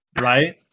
Right